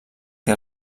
que